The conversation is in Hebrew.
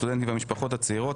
הסטודנטים והמשפחות הצעירות,